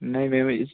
नहीं मैम इस